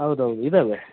ಹೌದೌದ್ ಇದ್ದಾವೆ